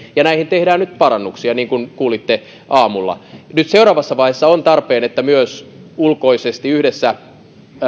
ja näihin tehdään nyt parannuksia niin kuin kuulitte aamulla nyt seuraavassa vaiheessa on tarpeen että myös ulkoisesti yhdessä